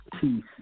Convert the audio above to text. Peace